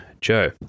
Joe